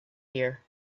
year